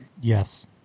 Yes